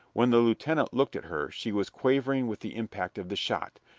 when the lieutenant looked at her she was quivering with the impact of the shot,